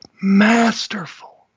masterful